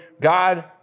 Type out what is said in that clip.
God